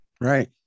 Right